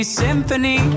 symphony